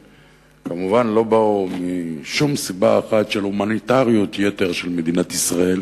ושכמובן לא באו משום סיבה של הומניטריות יתר של מדינת ישראל